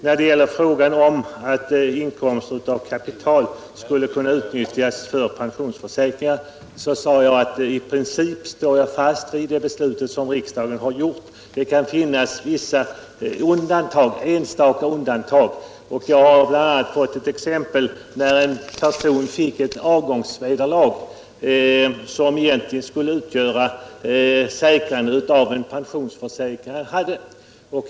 När det gäller frågan om att inkomst av kapital skulle kunna utnyttjas för pensionsförsäkringar sade jag att i princip står jag fast vid det beslut som riksdagen tidigare har fattat. Det kan dock finnas vissa enstaka fall då ett undantag kunde varit motiverat, och jag har blivit uppmärksammad på ett exempel. En person fick ett avgångsvederlag som egentligen skulle användas för säkrande av en pensionsförsäkring.